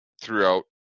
throughout